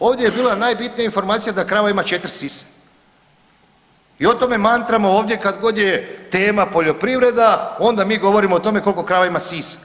Ovdje je bila najbitnija informacija da krava ima 4 sise i o tome mantramo ovdje kad god je tema poljoprivreda, onda mi govorimo o tome koliko krava ima sisa